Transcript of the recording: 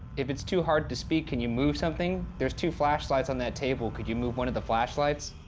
if it's too hard to speak, can you move something? there's two flashlights on that table. could you move one of the flashlights?